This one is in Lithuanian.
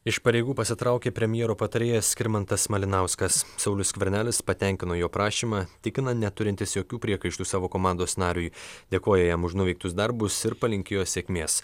iš pareigų pasitraukė premjero patarėjas skirmantas malinauskas saulius skvernelis patenkino jo prašymą tikina neturintis jokių priekaištų savo komandos nariui dėkoja jam už nuveiktus darbus ir palinkėjo sėkmės